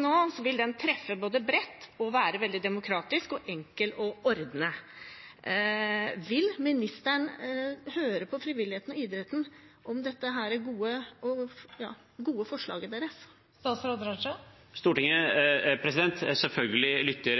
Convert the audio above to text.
nå, vil den både treffe bredt og være veldig demokratisk og enkel å ordne. Vil ministeren høre på frivilligheten og idretten om dette gode forslaget deres? Selvfølgelig lytter